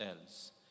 else